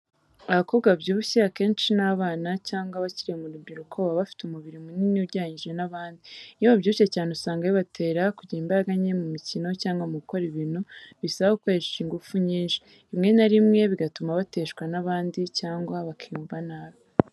Abakobwa babyibushye akenshi ni abana cyangwa abakiri mu rubyiruko baba bafite umubiri munini ugereranyije n’abandi. Iyo babyibushye cyane usanga bibatera kugira imbaraga nke mu mikino cyangwa mu gukora ibintu bisaba gukoresha ingufu nyinshi, rimwe na rimwe bigatuma bateshwa n’abandi cyangwa bakiyumva nabi.